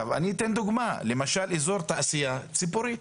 אני אתן דוגמא, למשל איזור תעשיה ציפורי,